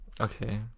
Okay